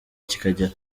kikagera